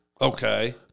Okay